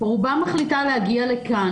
רובה מחליטה להגיע לכאן,